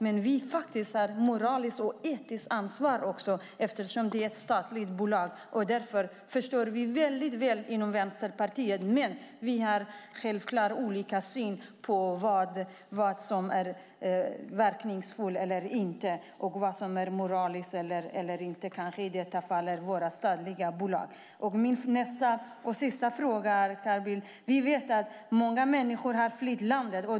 Men vi har också ett moraliskt och etiskt ansvar eftersom det gäller ett statligt bolag. Vi förstår detta väl inom Vänsterpartiet, men vi har självfallet olika syn på vad som är verkningsfullt eller inte och vad som är moraliskt eller inte i våra statliga bolag. Jag har en sista fråga till Carl Bildt. Vi vet att många människor har flytt landet.